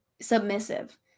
submissive